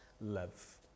love